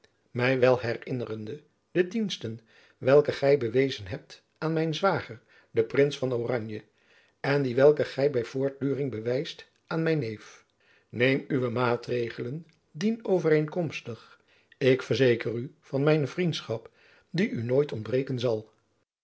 my wel herinnerende de diensten welke gy bewezen hebt aan mijn zwager den prins van oranje en die welke gy by voortduring bewijst aan mijn neef neem uwe maatregelen dien overeenkomstig ik verzeker u van mijne vriendschap die u nooit ontbreken zal